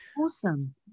Awesome